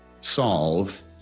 solve